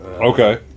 Okay